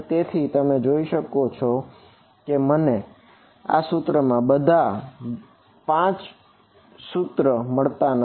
તેથી તમે જોઈ શકો છો કે મને આ એક સૂત્રમાં બધા 5 મળતા નથી